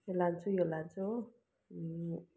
यो लान्छु यो लान्छु हो